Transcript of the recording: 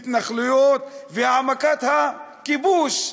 התנחלויות והעמקת הכיבוש,